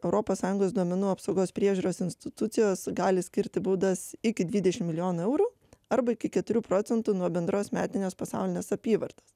europos sąjungos duomenų apsaugos priežiūros institucijos gali skirti baudas iki dvidešim milijonų eurų arba iki keturių procentų nuo bendros metinės pasaulinės apyvartos